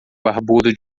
barbudo